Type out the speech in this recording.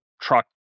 truck